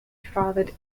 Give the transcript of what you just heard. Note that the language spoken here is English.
fathered